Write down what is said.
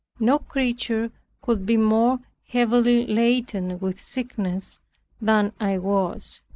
no creature could be more heavily laden with sickness than i was.